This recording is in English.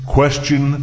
Question